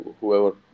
whoever